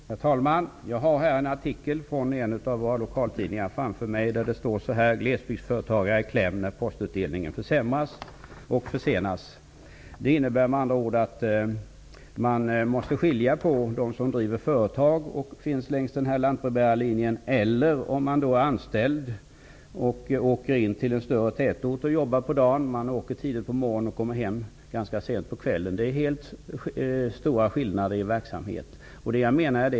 Herr talman! Jag har framför mig en artikel i en av våra lokaltidningar där det står: ''Glesbygdsföretagare i kläm när postutdelningen försämras och försenas''. Man måste med andra ord skilja mellan dem längs den här lantbrevbärarlinjen som bedriver företag och dem som är anställda i en större tätort. De senare åker tidigt på morgonen och kommer hem ganska sent på kvällen. Det är stora skillnader i verksamhet.